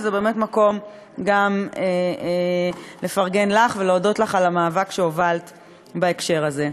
וזה באמת מקום גם לפרגן לך ולהודות לך על המאבק שהובלת בהקשר הזה.